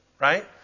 right